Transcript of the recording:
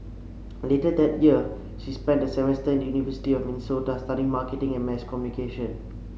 later that year she spent a semester in the University of Minnesota studying marketing and mass communication